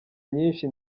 nyinshi